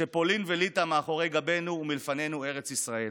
שפולין וליטא מאחורי גביהם ומלפניהם ארץ ישראל,